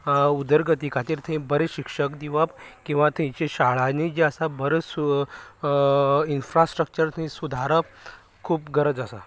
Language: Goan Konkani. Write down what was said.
उदरगती खातीर थंय बरें शिक्षक दिवप किंवां थंयची शाळांनी जें आसा बऱ्यो इन्फ्रास्ट्रक्चर थंय सुदारप खूब गरज आसा